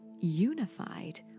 unified